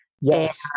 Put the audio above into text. Yes